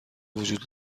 وجود